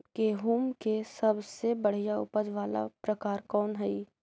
गेंहूम के सबसे बढ़िया उपज वाला प्रकार कौन हई?